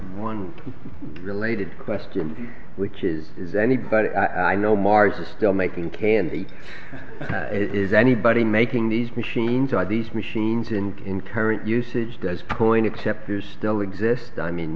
one related question which is is anybody i know mars are still making candy is anybody making these machines are these machines in concurrent usage does point except they're still exist i mean